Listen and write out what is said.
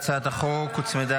--- ערוץ הכנסת --- להצעת החוק הוצמדה